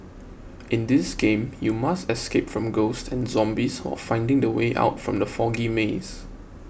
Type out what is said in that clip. in this game you must escape from ghosts and zombies while finding the way out from the foggy maze